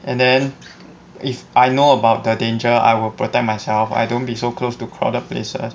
and then if I know about the danger I will protect myself I don't be so close to crowded places